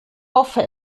hoffe